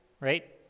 right